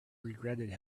regretted